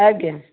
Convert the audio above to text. ଆଜ୍ଞା